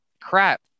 Crap